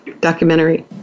documentary